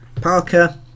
Parker